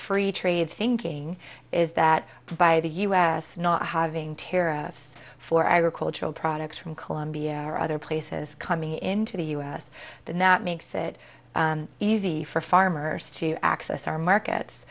free trade thinking is that by the us not having terra for agricultural products from colombia or other places coming into the u s the net makes it easy for farmers to access our markets